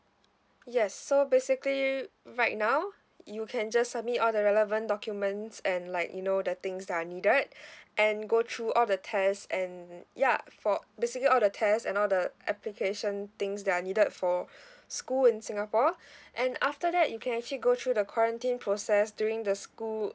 yes so basically right now you can just submit all the relevant documents and like you know the things that are needed and go through all the tests and ya for basically all the tests and all the application things that are needed for school in singapore and after that you can actually go through the quarantine process during the school